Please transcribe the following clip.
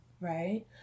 right